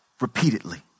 repeatedly